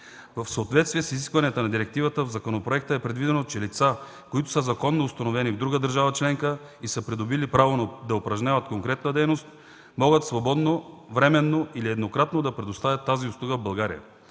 В съответствие с изискванията на директивата в законопроекта е предвидено, че лица, които са законно установени в друга държава членка и са придобили право да упражняват конкретна дейност могат свободно временно или еднократно да предоставят тази услуга в България.